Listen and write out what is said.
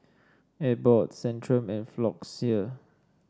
Abbott Centrum and Floxia